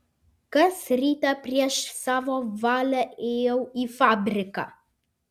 kas rytą prieš savo valią ėjau į fabriką